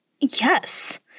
Yes